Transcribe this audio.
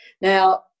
Now